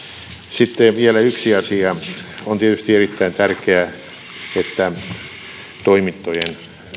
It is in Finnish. sitten vielä yksi asia on tietysti erittäin tärkeää että toimintojen